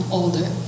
older